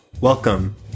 Welcome